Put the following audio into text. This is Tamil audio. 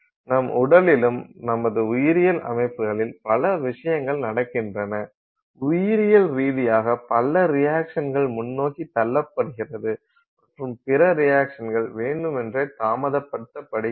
நம் உடலிலும் நமது உயிரியல் அமைப்புகளில் பல விஷயங்கள் நடக்கின்றன உயிரியல் ரீதியாக பல ரியாக்சன்கள் முன்னோக்கி தள்ளுப்படுகிறது மற்றும் பிற ரியாக்சன்கள் வேண்டுமென்றே தாமதப்படுத்தப்படுகின்றன